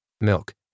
Milk